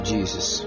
Jesus